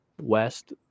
West